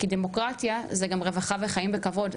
כי דמוקרטיה זה גם חיים בכבוד,